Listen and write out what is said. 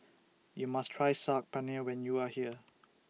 YOU must Try Saag Paneer when YOU Are here